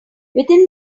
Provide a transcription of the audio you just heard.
within